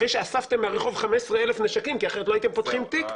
אחרי שאספתם מהרחוב 15 אלף נשקים כי אחרת לא הייתם פותחים תיק,